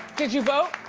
did you vote?